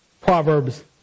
Proverbs